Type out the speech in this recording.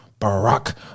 Barack